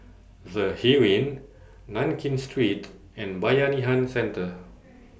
The Heeren Nankin Street and Bayanihan Centre